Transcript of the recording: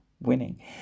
winning